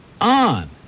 on